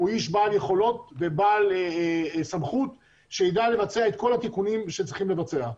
איש בעל יכולות ובעל סמכות שידע לבצע את כל התיקונים שצריכים לבצע.